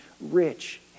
rich